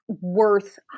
worth